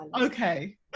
okay